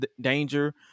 Danger